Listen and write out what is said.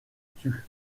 tue